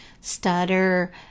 stutter